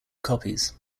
copies